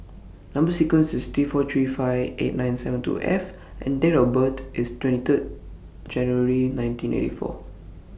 Number sequence IS T four three five eight nine seven two F and Date of birth IS twenty three January nineteen eighty four